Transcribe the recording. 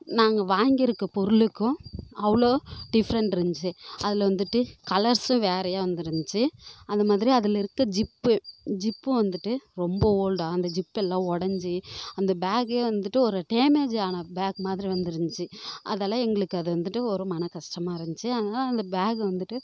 நாங்கள் வாங்கியிருக்க பொருளுக்கும் அவ்வளோ டிஃப்ரென்ட் இருந்துச்சு அதுல வந்துட்டு கலர்ஸும் வேறயாக வந்துருந்துச்சு அந்த மாதிரி அதில் இருக்கற ஜிப்பு ஜிப்பு வந்துட்டு ரொம்ப ஓல்டு அந்த ஜிப்பெல்லாம் உடஞ்சி அந்த பேகே வந்துட்டு ஒரு டேமேஜ் ஆன பேக் மாதிரி வந்திருந்துச்சு அதெலாம் எங்களுக்கு அது வந்துட்டு ஒரு மன கஷ்டமாக இருந்துச்சு அந்த பேக் வந்துட்டு